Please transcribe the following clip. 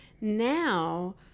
now